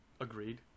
Agreed